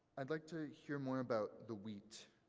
i'd like to hear more about the wheat.